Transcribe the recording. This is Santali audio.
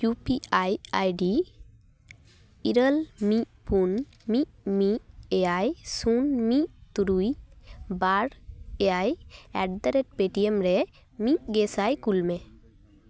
ᱤᱭᱩ ᱯᱤ ᱟᱭ ᱟᱭᱰᱤ ᱤᱨᱟᱹᱞ ᱢᱤᱫ ᱯᱩᱱ ᱢᱤᱫ ᱢᱤᱫ ᱮᱭᱟᱭ ᱥᱩᱱ ᱢᱤᱫ ᱛᱩᱨᱩᱭ ᱵᱟᱨ ᱮᱭᱟᱭ ᱮᱰᱫᱟ ᱨᱮᱰ ᱯᱮᱴᱤᱭᱮᱢ ᱨᱮ ᱢᱤᱫ ᱜᱮᱥᱟᱭ ᱠᱩᱞᱢᱮ